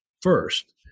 first